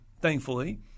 thankfully